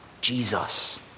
Jesus